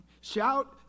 Shout